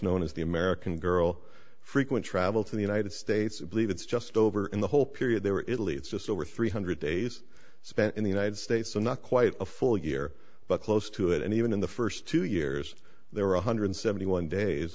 known as the american girl frequent travel to the united states believe it's just over in the whole period there italy it's just over three hundred days spent in the united states so not quite a full year but close to it and even in the first two years there were one hundred seventy one days